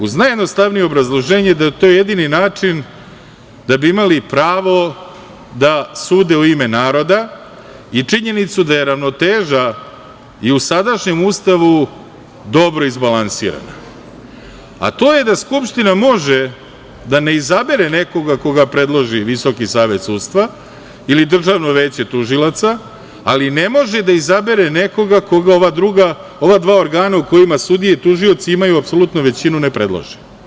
Uz najjednostavnije obrazloženje da je to jedini način da bi imali pravo da sude u ime naroda i činjenicu da je ravnoteža i u sadašnjem Ustavu dobro izbalansirana, a to je da Skupština može da ne izabere nekoga koga predloži VSS ili Državno veće tužilaca, ali ne može da izabere nekoga koga ova dva organa u kojima sudije i tužioci imaju apsolutnu većinu ne predlože.